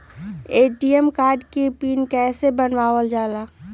ATM card के PIN कैसे बनावल जाला?